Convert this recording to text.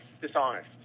dishonest